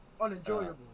unenjoyable